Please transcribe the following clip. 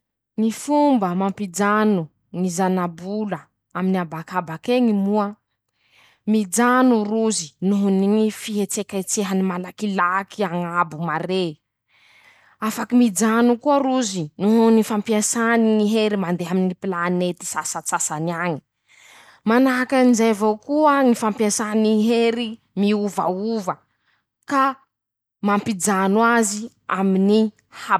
Ñy fomba mampijano ñy zana-bola aminy abakabaky eñy moa: Mijano rozy noho ny ñy fihetseketsehany malakilaky añabo mare. afaky mijano koa rozy nohony ñy fampiasany ñy hery mandeha aminy ñy pilanety sasantsasany añy; manahaky anizay avao koa ñy fampiasany hery miovaova. ka mampijano azy aminy hab.